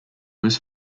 was